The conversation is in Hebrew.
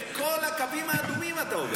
את כל הקווים האדומים אתה עובר.